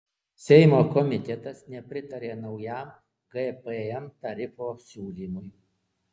seimo komitetas nepritarė naujam gpm tarifo siūlymui